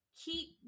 keep